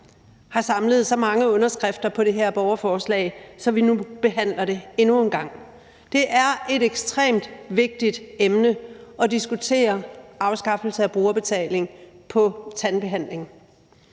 har samlet så mange underskrifter på det her borgerforslag, at vi nu behandler det endnu en gang. Det er ekstremt vigtigt at diskutere afskaffelse af brugerbetaling på tandbehandling,